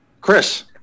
Chris